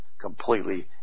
completely